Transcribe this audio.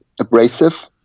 abrasive